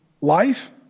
life